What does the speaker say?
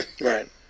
Right